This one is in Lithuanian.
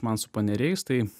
man su paneriais tai